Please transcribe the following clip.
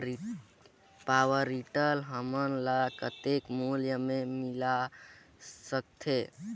Power tiller हमन ल कतेक मूल्य मे मिल सकथे?